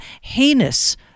heinous